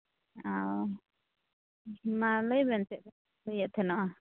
ᱚ ᱢᱟ ᱞᱟᱹᱭ ᱵᱮᱱ ᱪᱮᱫ ᱵᱮᱱ ᱞᱟᱹᱭᱮᱫ ᱛᱟᱦᱮᱱᱟ